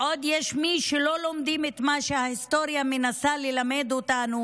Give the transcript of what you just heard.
בעוד יש מי שלא לומדים את מה שההיסטוריה מנסה ללמד אותנו,